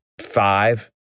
five